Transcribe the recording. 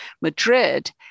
Madrid